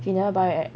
he never buy at